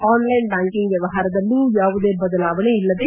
online banking ವ್ವವಹಾರದಲ್ಲೂ ಯಾವುದೇ ಬದಲಾವಣೆ ಇಲ್ಲದೆ